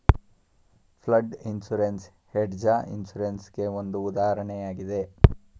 flood insurance hedge insurance ಗೆ ಒಂದು ಉದಾಹರಣೆಯಾಗಿದೆ